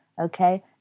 okay